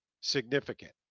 Significant